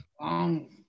long